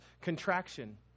contraction